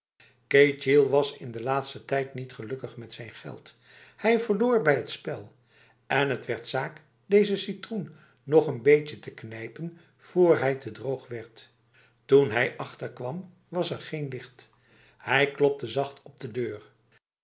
ketjil was in de laatste tijd niet gelukkig met zijn geld hij verloor bij het spel en het werd zaak deze citroen nog n beetje te knijpen vr hij te droog werd toen hij achter kwam was er geen licht hij klopte zacht op de deur